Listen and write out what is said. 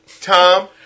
Tom